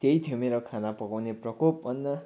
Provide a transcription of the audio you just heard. त्यही थियो मेरो खाना पकाउने प्रकोप अन्त